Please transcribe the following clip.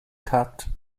kat